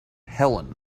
helen